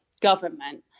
government